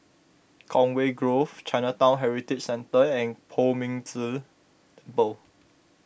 Conway Grove Chinatown Heritage Centre and Poh Ming Tse Temple